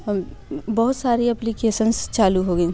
बहुत सारी अप्लीकेश्न्स चालू हो गई